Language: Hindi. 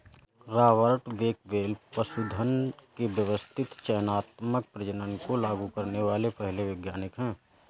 रॉबर्ट बेकवेल पशुधन के व्यवस्थित चयनात्मक प्रजनन को लागू करने वाले पहले वैज्ञानिक है